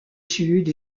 sud